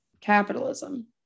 Capitalism